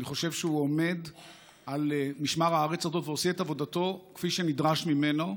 אני חושב שהוא עומד על משמר הארץ הזאת ועושה את עבודתו כפי שנדרש ממנו,